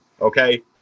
okay